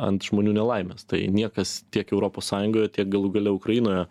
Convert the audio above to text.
ant žmonių nelaimės tai niekas tiek europos sąjungoje tiek galų gale ukrainoje